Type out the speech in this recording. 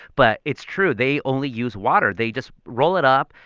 but it's true they only use water. they just roll it up,